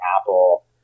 Apple